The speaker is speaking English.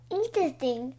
Interesting